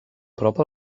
prop